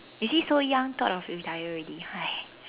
you see so young thought of retire already !aiya!